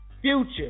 Future